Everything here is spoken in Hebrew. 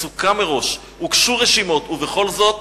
סוכם מראש, הוגשו רשימות, ובכל זאת